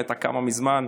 היא הייתה קמה מזמן.